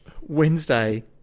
Wednesday